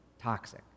toxic